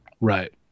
Right